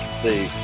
see